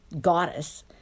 goddess